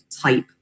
type